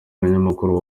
banyamakuru